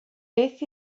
beth